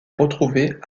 retrouvées